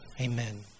amen